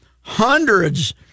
hundreds